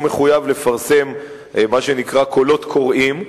הוא מחויב לפרסם מה שנקרא קולות קוראים,